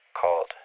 called